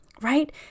right